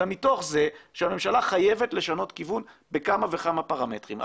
אלה מתוך זה שהממשלה חייבת לשנות כיוון בכמה וכמה פרמטרים,